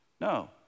No